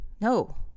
No